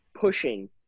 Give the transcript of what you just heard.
pushing